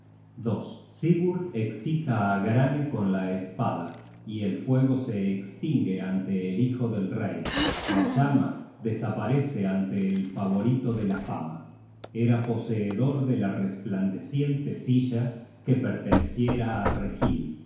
escita á granne con la espada y el fuego se estingue ante el hijo del rey la llama desaparece ante el favorito de la fama era poseedor de la resplandeciente silla que perteneciera á reginn